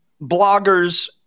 bloggers